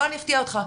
בוא אני אפתיע אותך,